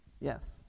Yes